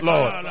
Lord